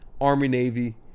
Army-Navy